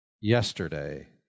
yesterday